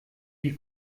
die